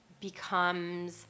becomes